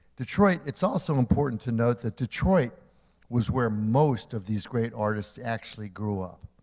detroit, it's also important to note that detroit was where most of these great artists actually grew up.